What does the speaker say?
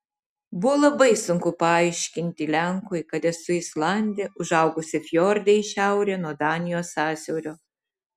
buvo labai sunku paaiškinti lenkui kad esu islandė užaugusi fjorde į šiaurę nuo danijos sąsiaurio